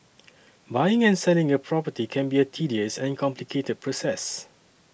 buying and selling a property can be a tedious and complicated process